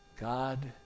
God